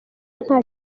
nta